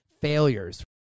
failures